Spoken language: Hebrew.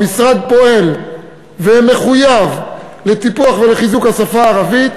המשרד פועל ומחויב לטיפוח ולחיזוק השפה הערבית.